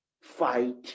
fight